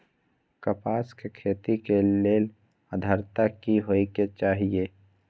कपास के खेती के लेल अद्रता की होए के चहिऐई?